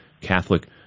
Catholic